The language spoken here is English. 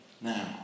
now